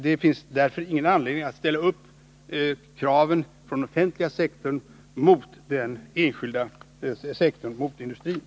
Det finns därför ingen anledning att ställa kraven på den offentliga sektorn och den enskilda industrisektorn mot varandra.